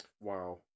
Wow